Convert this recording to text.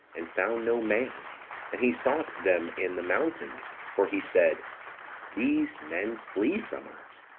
and found no man and he sought them in the mountains for he said these men flee from us.